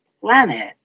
planet